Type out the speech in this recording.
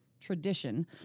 Tradition